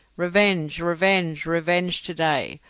revenge, revenge, revenge to-day,